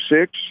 six